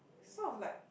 sort of like